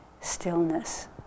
stillness